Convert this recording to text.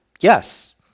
yes